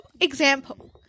example